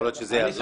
אני גם לא חושש.